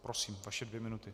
Prosím, vaše dvě minuty.